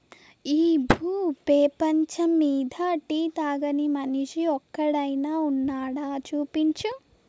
ఈ భూ పేపంచమ్మీద టీ తాగని మనిషి ఒక్కడైనా వున్నాడా, చూపించు